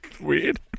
Weird